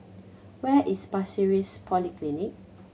where is Pasir Ris Polyclinic